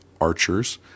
archers